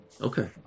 Okay